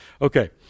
Okay